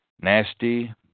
Nasty